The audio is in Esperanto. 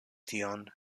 tion